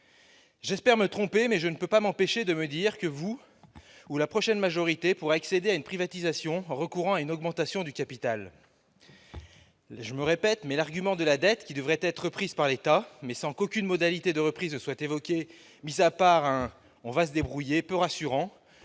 J'espère me tromper, mais je ne peux m'empêcher de penser que ce gouvernement, ou la prochaine majorité, pourrait procéder à une privatisation en recourant à une augmentation du capital. Ce n'est pas possible ... Je me répète, mais l'argument de la dette qui devrait être reprise par l'État, sans qu'aucune modalité de reprise ne soit évoquée mis à part un « on va se débrouiller » peu rassurant,